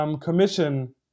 commission